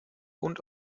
und